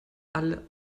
alle